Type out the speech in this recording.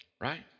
right